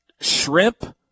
shrimp